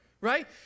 right